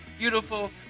Beautiful